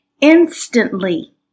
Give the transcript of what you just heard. Instantly